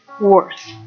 worth